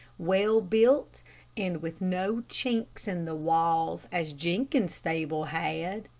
well-built, and with no chinks in the walls, as jenkins's stable had.